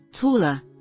taller